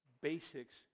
basics